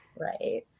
Right